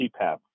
CPAP